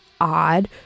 odd